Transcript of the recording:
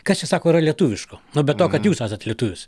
kas čia sako yra lietuviško nu to kad jūs esat lietuvis